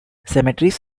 cemeteries